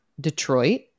Detroit